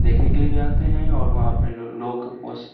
دیکھنے کے لیے بھی آتے ہیں اور وہاں اپنے لوگ